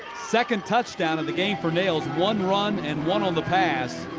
second touchdown of the game for nails. one run and one on the pass.